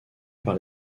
par